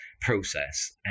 process